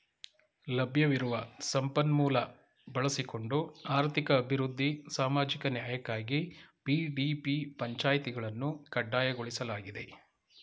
ಲಭ್ಯವಿರುವ ಸಂಪನ್ಮೂಲ ಬಳಸಿಕೊಂಡು ಆರ್ಥಿಕ ಅಭಿವೃದ್ಧಿ ಸಾಮಾಜಿಕ ನ್ಯಾಯಕ್ಕಾಗಿ ಪಿ.ಡಿ.ಪಿ ಪಂಚಾಯಿತಿಗಳನ್ನು ಕಡ್ಡಾಯಗೊಳಿಸಲಾಗಿದೆ